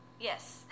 Yes